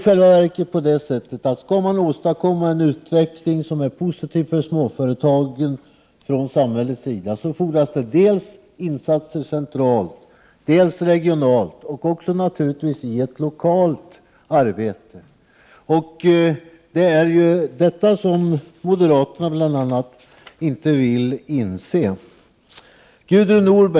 Skall man från samhällets sida åstadkomma en utveckling som är positiv för småföretagen fordras det dels insatser centralt, dels regionalt och lokalt arbete. Det är bl.a. detta som moderaterna inte vill inse.